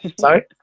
sorry